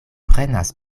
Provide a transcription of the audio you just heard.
prenas